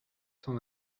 cent